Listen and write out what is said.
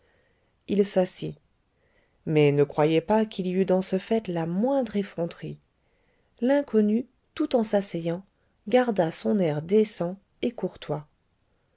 il s'assit mais ne croyez pas qu'il y eût dans ce fait la moindre effronterie l'inconnu tout en s'asseyant garda son ait décent et courtois